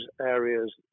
areas